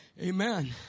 Amen